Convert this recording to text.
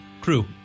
Crew